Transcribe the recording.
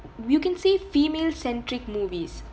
you can say female centric movies